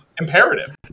imperative